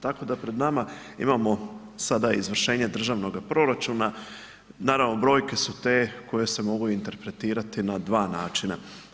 Tako da pred nama imamo sada izvršenje državnoga proračuna, naravno brojke su te koje se mogu interpretirati na dva načina.